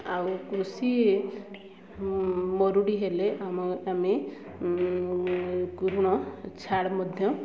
ଆଉ କୃଷି ମରୁଡ଼ି ହେଲେ ଆମ ଆମେ କୁ ଋଣ ଛାଡ଼ ମଧ୍ୟ